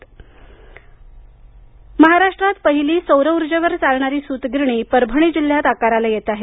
सुत गिरणी महाराष्ट्रात पहिली सौर ऊर्जेवर चालणारी सूत गिरणी परभणी जिल्ह्यात आकाराला येत आहे